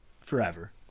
forever